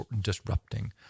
disrupting